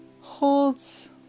holds